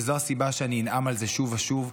וזו הסיבה שאני אנאם על זה שוב ושוב,